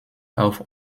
auf